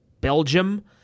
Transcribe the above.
Belgium